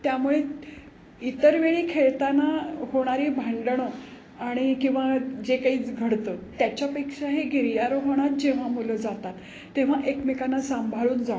त्यामुळे इतर वेळी खेळताना होणारी भांडणं आणि किंवा जे काही घडतं त्याच्यापेक्षा हे गिर्यारोहणात जेव्हा मुलं जातात तेव्हा एकमेकांना सांभाळून जाणं